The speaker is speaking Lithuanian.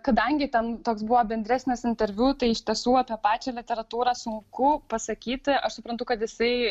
kadangi ten toks buvo bendresnis interviu tai iš tiesų apie pačią literatūrą sunku pasakyti aš suprantu kad jisai